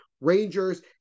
Rangers